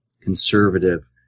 conservative